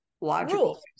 logical